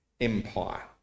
Empire